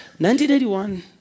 1981